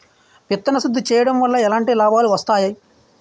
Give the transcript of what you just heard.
విత్తన శుద్ధి చేయడం వల్ల ఎలాంటి లాభాలు వస్తాయి?